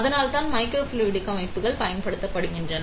அதனால்தான் மைக்ரோஃப்ளூய்டிக் அமைப்புகள் பயன்படுத்தப்படுகின்றன